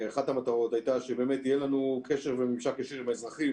אחת המטרות הייתה שבאמת יהיה לנו קשר וממשק ישיר עם האזרחים